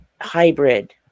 hybrid